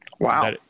Wow